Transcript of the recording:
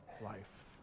life